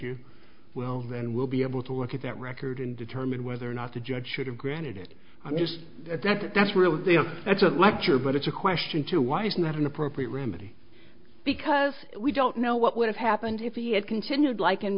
you will then we'll be able to look at that record and determine whether or not the judge should have granted it i missed that that's really that's a lecture but it's a question to why it's not an appropriate remedy because we don't know what would have happened if he had continued like in